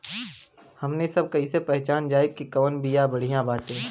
हमनी सभ कईसे पहचानब जाइब की कवन बिया बढ़ियां बाटे?